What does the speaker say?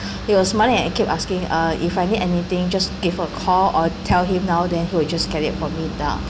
he was smiling and keep asking uh if I need anything just give him a call or tell him now then he will just get it for me now